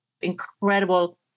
incredible